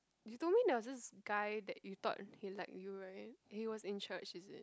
you told me there was this guy that you thought he like you right he was in church is it